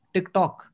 TikTok